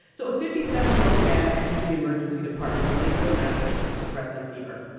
so a fifty seven year old man enters the emergency department late one night with shortness of breath and a fever.